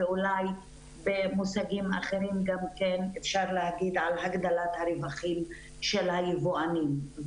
ואולי במושגים אחרים גם כן אפשר להגיד על הגדלת הרווחים של היבואנים,